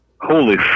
holy